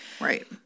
right